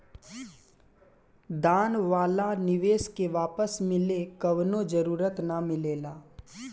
दान वाला निवेश के वापस मिले कवनो जरूरत ना मिलेला